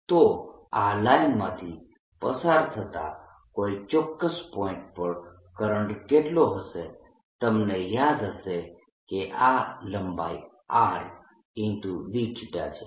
તો આ લાઈનમાંથી પસાર થતાં કોઈ ચોક્કસ પોઇન્ટ પર કરંટ કેટલો હશે તમને યાદ હશે કે આ લંબાઈ R dθ છે